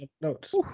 notes